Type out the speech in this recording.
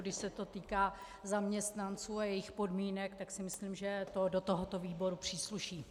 Když se to týká zaměstnanců a jejich podmínek, tak si myslím, že to do tohoto výboru přísluší.